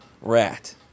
rat